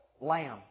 lamb